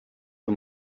too